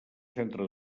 centre